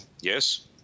Yes